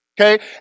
okay